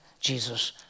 jesus